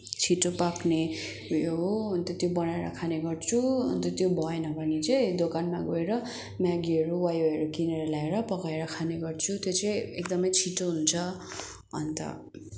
छिटो पाक्ने उयो हो अन्त त्यो बनाएर खाने गर्छु अन्त त्यो भएन भने चाहिँ दोकानमा गएर म्यागीहरू वाईवाईहरू किनेर ल्याएर पकाएर खाने गर्छु त्यो चाहिँ एकदमै छिटो हुन्छ अन्त